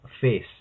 face